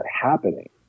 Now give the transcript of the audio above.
happening